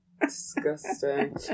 Disgusting